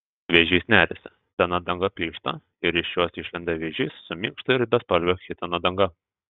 vėžys neriasi sena danga plyšta ir iš jos išlenda vėžys su minkšto ir bespalvio chitino danga